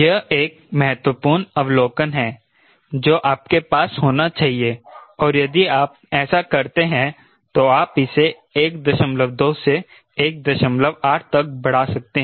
यह एक महत्वपूर्ण अवलोकन है जो आपके पास होना चाहिए और यदि आप ऐसा करते हैं तो आप इसे 12 से 18 तक बढ़ा सकते हैं